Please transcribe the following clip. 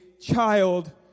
child